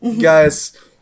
Guys